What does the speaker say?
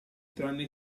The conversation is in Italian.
tranne